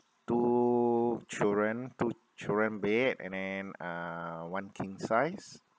two children two children bed and then uh one king size